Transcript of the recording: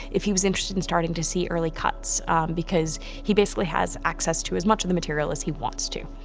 if he was interested in starting to see early cuts because he basically has access to as much of the material as he wants to.